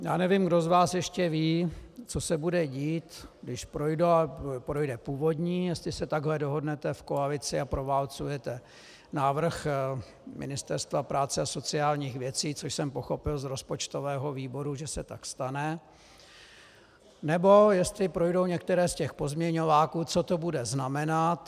Já nevím, kdo z vás ještě ví, co se bude dít, když projde původní, jestli se takhle dohodnete v koalici a proválcujete návrh Ministerstva práce a sociálních věcí, což jsem pochopil z rozpočtového výboru, že se tak stane, nebo jestli projdou některé z těch pozměňováků, co to bude znamenat.